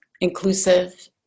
inclusive